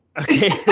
okay